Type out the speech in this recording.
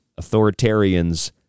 authoritarians